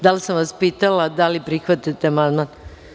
Da li sam vas pitala da li prihvatate amandman?